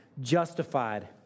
justified